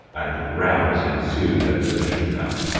and rows ensued at the mission-house.